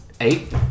Eight